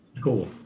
Cool